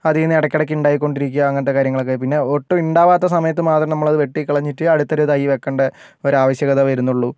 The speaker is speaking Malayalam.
അതിൽ നിന്ന് ഇടയ്ക്കിടയ് ഉണ്ടായി കൊണ്ടിരിക്കുക അങ്ങനത്തെ കാര്യങ്ങളൊക്കെ പിന്നെ ഒട്ടും ഉണ്ടാകാത്ത സമയത്ത് മാത്രം നമ്മളത് വെട്ടി കളഞ്ഞിട്ട് അടുത്തൊരു തൈ വെക്കേണ്ട ഒരാവശ്യകത വരുന്നുള്ളൂ